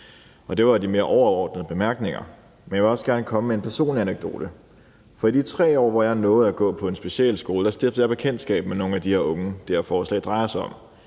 Det var jo de mere overordnede bemærkninger. Men jeg vil også gerne komme med en personlig anekdote, for i de 3 år, hvor jeg nåede at gå på en specialskole, stiftede jeg bekendtskab med nogle af de her unge, det her forslag drejer sig om.